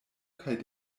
kaj